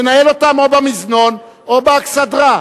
ינהל אותם או במזנון או באכסדרה.